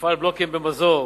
מפעל בלוקים במזור,